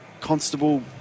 Constable